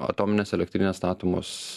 atominės elektrinės statomos